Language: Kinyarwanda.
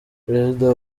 perezida